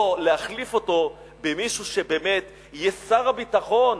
או להחליף אותו במישהו שבאמת יהיה שר הביטחון,